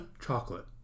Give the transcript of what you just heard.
Chocolate